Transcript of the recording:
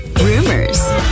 rumors